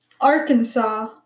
Arkansas